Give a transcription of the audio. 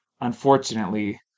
unfortunately